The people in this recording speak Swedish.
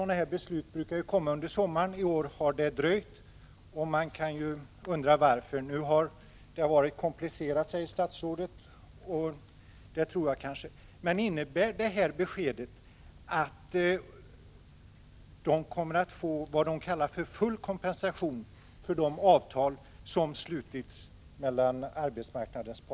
Något beslut av regeringen har ännu inte kommit högskoleenheterna till handa.